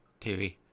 TV